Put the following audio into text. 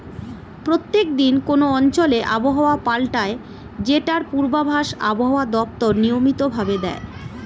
প্রত্যেক দিন কোন অঞ্চলে আবহাওয়া পাল্টায় যেটার পূর্বাভাস আবহাওয়া দপ্তর নিয়মিত ভাবে দেয়